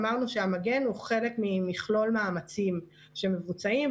אמרנו שהמגן הוא חלק ממכלול מאמצים שמבוצעים,